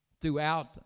Throughout